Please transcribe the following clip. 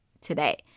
today